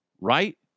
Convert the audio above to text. Right